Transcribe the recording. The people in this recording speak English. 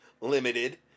limited